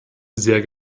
sehr